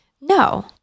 No